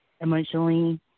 emotionally